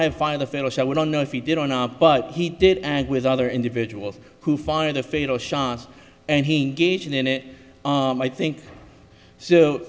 so we don't know if he did or not but he did and with other individuals who find a fatal shot and he gaging in it i think so